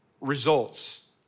results